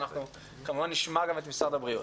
אנחנו כמובן נשמע גם את משרד הבריאות.